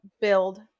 build